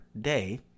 day